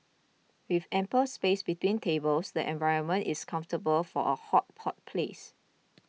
with ample space between tables the environment is comfortable for a hot pot place